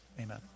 Amen